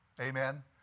Amen